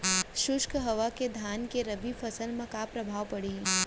शुष्क हवा के धान के रबि फसल मा का प्रभाव पड़ही?